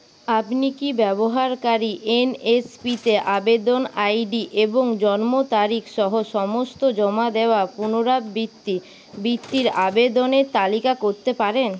আপনি কি ব্যবহারকারী এন এস পি তে আবেদন আই ডি এবং জন্ম তারিখ সহ সমস্ত জমা দেওয়া পুনরাবৃত্তি বৃত্তির আবেদনের তালিকা করতে পারেন